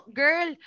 girl